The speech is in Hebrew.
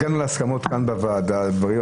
הגענו להסכמות כאן בוועדה על דברים,